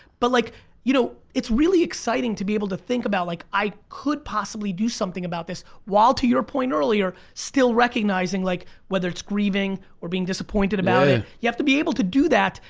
but like you know it's really exciting to be able to think about like i could possibly do something about this while to your point earlier, still recognizing like whether it's grieving or being disappointed about it. you have to be able to do that,